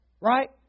Right